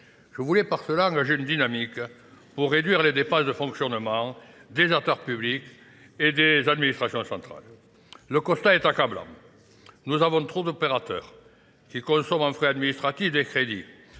Je voulais par cela engager une dynamique pour réduire les dépenses de fonctionnement des auteurs publics et des administrations centrales. Le constat est accablable. Nous avons trop d'opérateurs qui consomment en frais administratifs des crédits